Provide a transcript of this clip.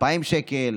2,000 שקלים,